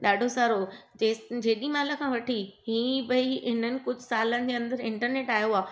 ॾाढो सारो जेसि जेॾी महिल खां वठी हीअं भई हिननि कुझु सालनि जे अंदरु इंटरनेट आयो आहे